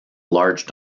large